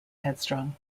headstrong